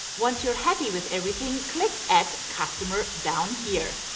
once you're happy with everything, click add customer down here.